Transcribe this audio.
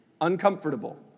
uncomfortable